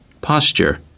Posture